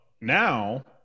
now